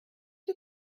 you